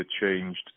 changed